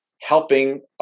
helping